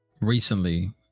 recently